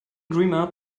dreamer